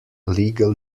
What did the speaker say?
legal